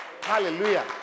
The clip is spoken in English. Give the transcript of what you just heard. Hallelujah